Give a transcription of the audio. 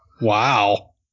Wow